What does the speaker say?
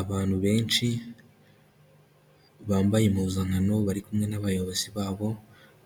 Abantu benshi bambaye impuzankano bari kumwe n'abayobozi babo,